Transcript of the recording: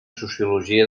sociologia